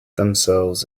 themselves